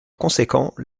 conséquent